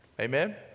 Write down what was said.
Amen